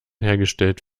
hergestellt